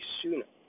sooner